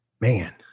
man